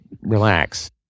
relax